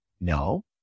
No